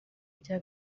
bya